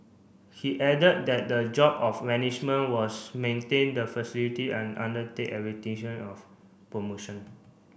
he added that the job of management was maintain the facility and undertake of promotion